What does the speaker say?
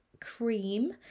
cream